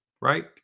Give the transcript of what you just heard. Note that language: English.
right